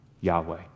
Yahweh